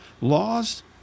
Laws